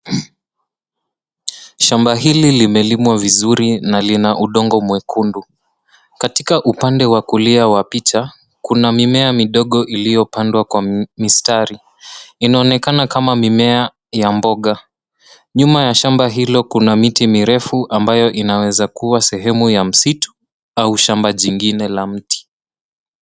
Shamba hili limelimwa vizuri na lina udongo mwekundu. Katika upande wakulia wa picha, kuna mimea midogo iliyopandwa kwa mistari. Inonekana kama mimea ya mboga. Nyuma ya shamba hilo kuna miti mirefu ambayo inaweza kuwa sehemu ya msitu, au shamba jingine la mti.